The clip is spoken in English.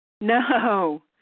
No